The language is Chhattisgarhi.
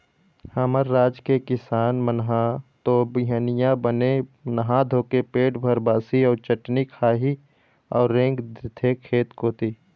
हमर राज के किसान मन ह तो बिहनिया बने नहा धोके पेट भर बासी अउ चटनी खाही अउ रेंग देथे खेत कोती